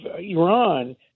Iran